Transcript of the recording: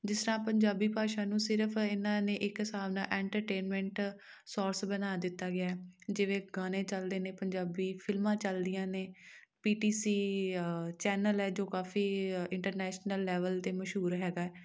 ਜਿਸ ਤਰ੍ਹਾਂ ਪੰਜਾਬੀ ਭਾਸ਼ਾ ਨੂੰ ਸਿਰਫ ਇਨ੍ਹਾਂ ਨੇ ਇੱਕ ਹਿਸਾਬ ਨਾਲ ਇੰਟਰਟੇਨਮੈਂਟ ਸੋਰਸ ਬਣਾ ਦਿੱਤਾ ਗਿਆ ਹੈ ਜਿਵੇਂ ਗਾਣੇ ਚੱਲਦੇ ਨੇ ਪੰਜਾਬੀ ਫ਼ਿਲਮਾਂ ਚੱਲਦੀਆਂ ਨੇ ਪੀ ਟੀ ਸੀ ਚੈੱਨਲ ਹੈ ਜੋ ਫ਼ੀ ਇੰਟਰਨੈਸ਼ਨਲ ਲੈਵਲ 'ਤੇ ਮਸ਼ਹੂਰ ਹੈਗਾ